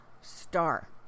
star